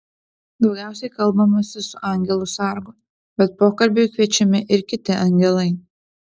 daugiausiai kalbamasi su angelu sargu bet pokalbiui kviečiami ir kiti angelai